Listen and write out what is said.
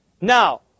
Now